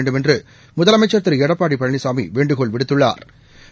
வேண்டுமென்று முதலமைச்சா் திரு எடப்பாடி பழனிசாமி வேண்டுகோள் விடுத்துள்ளாா்